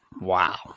Wow